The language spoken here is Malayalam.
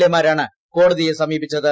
എ മാരാണ് കോടതിയെ സമീപിച്ചത്